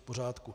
V pořádku.